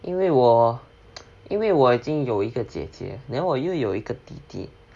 因为我 因为我已经有一个姐姐 then 我又有一个弟弟 then 我又不要一个哥哥因为我我觉得我的哥哥 like 我不需要一个哥哥 you know 我的我这